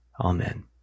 Amen